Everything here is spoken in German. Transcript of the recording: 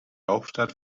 hauptstadt